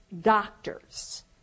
doctors